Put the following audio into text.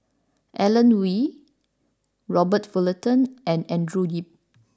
Alan Oei Robert Fullerton and Andrew Yip